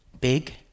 big